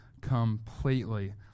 completely